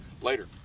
Later